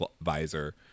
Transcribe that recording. visor